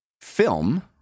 film